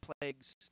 plagues